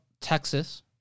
Texas